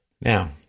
Now